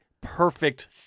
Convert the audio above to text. perfect